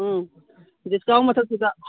ꯎꯝ discount ꯃꯊꯛꯇꯨꯗ